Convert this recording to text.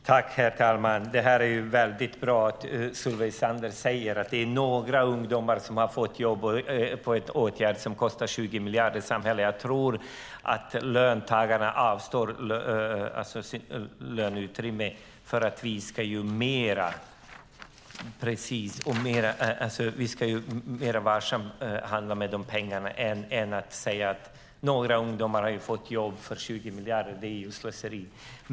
Herr talman! Det är väldigt bra att Solveig Zander säger att det är "några" ungdomar som har fått jobb genom en åtgärd som kostar samhället 20 miljarder. Löntagarna avstår löneutrymme för att vi ska handha pengarna varsamt. Att "några" ungdomar har fått jobb för 20 miljarder är slöseri.